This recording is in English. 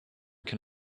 can